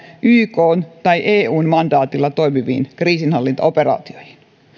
ykn tai eun mandaatilla toimiviin kriisinhallintaoperaatioihin